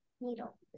Needle